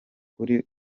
kuri